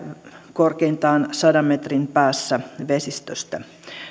korkeintaan sadan metrin päässä vesistöstä